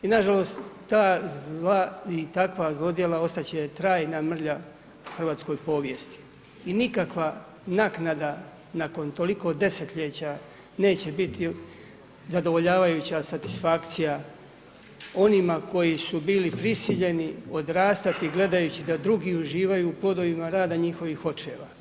I nažalost, ta i takva zlodjela ostat će trajna mrlja hrvatskoj povijesti i nikakva naknada nakon toliko desetljeća neće biti zadovoljavajuća satisfakcija onima koji su bili prisiljeni odrastati gledajući da drugi uživaju u plodovima rada i njihovih očeva.